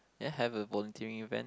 I have a volunteering event